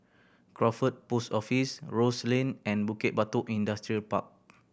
Crawford Post Office Rose Lane and Bukit Batok Industrial Park